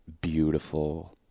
beautiful